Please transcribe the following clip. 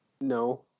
No